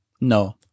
No